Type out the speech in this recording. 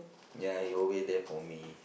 ya he will wait there for me